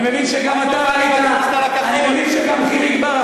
אני מבין שגם חיליק בר,